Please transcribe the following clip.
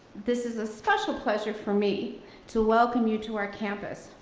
this is a special pleasure for me to welcome you to our campus.